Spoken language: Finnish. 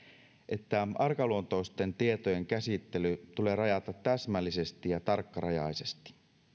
että arkaluontoisten tietojen käsittely täsmällisesti ja tarkkarajaisesti